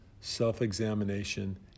self-examination